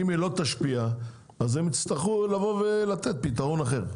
אם היא לא תשפיע אז הם יצטרכו לבוא ולתת פתרון אחר.